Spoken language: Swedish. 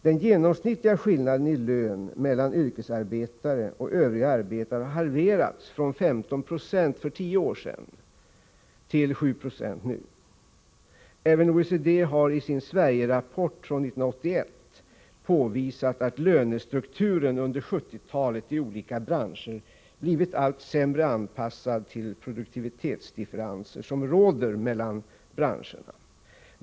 Den genomsnittliga skillnaden i lön mellan en yrkesarbetare och övriga arbetare har halverats från 15 96 för tio år sedan till 7 96 nu. Även OECD har i sin Sverigerapport från 1981 påvisat att lönestrukturen under 1970-talet i olika branscher blivit allt sämre anpassad till de produktivitetsdifferenser som råder mellan branscherna.